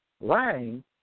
lying